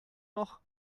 noch